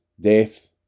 death